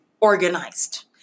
organized